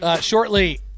Shortly